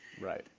Right